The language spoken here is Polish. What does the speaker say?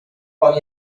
pan